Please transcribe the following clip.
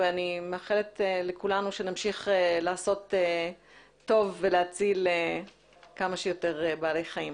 אני מאחלת לכולנו שנמשיך לעשות טוב ולהציל כמה שיותר בעלי חיים.